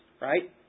right